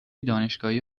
دانشگاهی